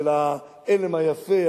של העלם היפה,